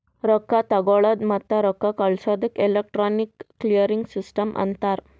ರೊಕ್ಕಾ ತಗೊಳದ್ ಮತ್ತ ರೊಕ್ಕಾ ಕಳ್ಸದುಕ್ ಎಲೆಕ್ಟ್ರಾನಿಕ್ ಕ್ಲಿಯರಿಂಗ್ ಸಿಸ್ಟಮ್ ಅಂತಾರ್